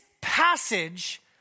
passage